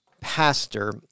pastor